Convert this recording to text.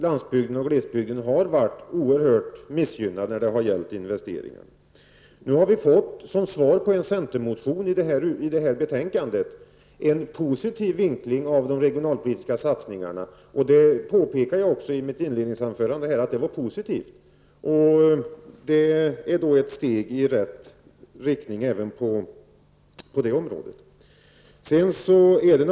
Landsbygden och glesbygden har varit oerhört missgynnade när det gällt investeringar. I det här betänkandet har vi nu, som svar på en centermotion, fått en positiv vinkling av de regionalpolitiska satsningarna. Jag påpekade också i mitt inledningsanförande att det är positivt. Det är ett steg i rätt riktning även på det här området.